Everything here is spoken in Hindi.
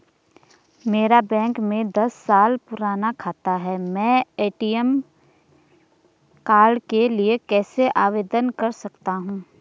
मेरा बैंक में दस साल पुराना खाता है मैं ए.टी.एम कार्ड के लिए कैसे आवेदन कर सकता हूँ?